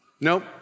nope